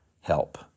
help